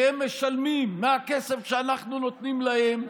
כי הם משלמים מהכסף שאנחנו נותנים להם,